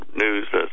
news